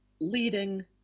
leading